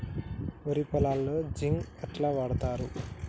వరి పొలంలో జింక్ ఎట్లా వాడుతరు?